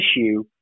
issue